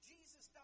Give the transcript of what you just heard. Jesus